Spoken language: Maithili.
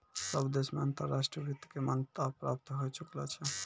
सब देश मे अंतर्राष्ट्रीय वित्त के मान्यता प्राप्त होए चुकलो छै